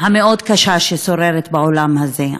המאוד-קשה ששוררת באולם הזה.